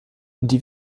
die